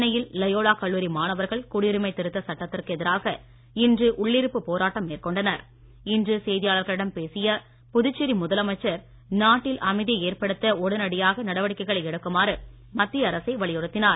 சென்னையில் லயோலா கல்லூரி மாணவர்கள் குடியுரிமை திருத்த சட்டத்திற்கு எதிராக இன்று உள்ளிருப்பு போராட்டம் மேற்கொண்டனர் இன்று செய்தியாளர்களிடம் பேசிய புதுச்சேரி முதலமைச்சர் நாட்டில் அமைதியை ஏற்படுத்த உடனடியாக நடவடிக்கைகளை எடுக்குமாறு மத்திய அரசை வலியுறுத்தினார்